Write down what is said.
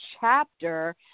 chapter